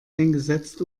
eingesetzt